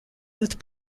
youth